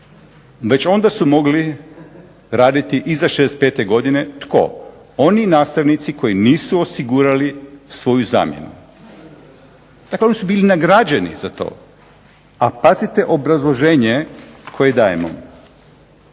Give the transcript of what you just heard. Već onda su mogli raditi iza 65 godine tko? Oni nastavnici koji nisu osigurali svoju zamjenu. Dakle, oni su bili nagrađeni za to. A pazite obrazloženje koje dajemo,